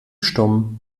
stumm